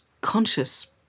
conscious